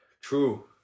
True